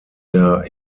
der